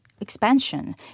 Expansion